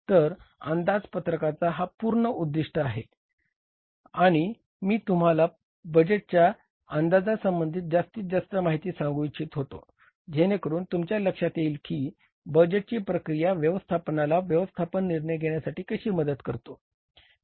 तर अंदाजपत्रकाचा हा संपूर्ण उद्दीष्ट आहे आणि मी तुम्हाला बजेटच्या अंदाजासंबंधी जास्तीत जास्त माहिती सांगू इच्छित होतो जेणेकरून तुमच्या लक्षात येईल की बजेटची प्रक्रिया व्यवस्थापनाला व्यवस्थापन निर्णय घेण्यास कशी मदत करतो